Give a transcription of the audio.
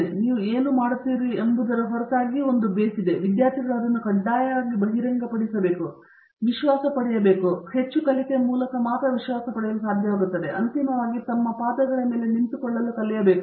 ಆದ್ದರಿಂದ ನೀವು ಏನು ಮಾಡುತ್ತಿರುವಿರಿ ಎಂಬುದರ ಹೊರತಾಗಿಯೂ ಒಂದು ಬೇಸ್ ಇದೆ ವಿದ್ಯಾರ್ಥಿಗಳು ಅದನ್ನು ಕಡ್ಡಾಯವಾಗಿ ಬಹಿರಂಗಪಡಿಸಬೇಕು ಮತ್ತು ಅದರ ವಿಶ್ವಾಸ ಪಡೆಯಲು ಮತ್ತು ಅಂತಿಮವಾಗಿ ತಮ್ಮ ಪಾದಗಳ ಮೇಲೆ ನಿಂತುಕೊಳ್ಳಲು ಕಲಿಯಬೇಕು